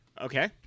Okay